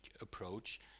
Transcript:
approach